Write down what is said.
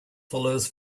follows